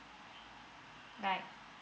bye